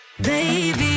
baby